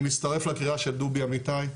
אני מצטרף לקריאה של דובי אמיתי.